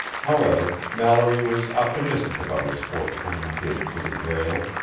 however, mallory was optimistic about his forthcoming bid for the grail,